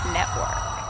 Network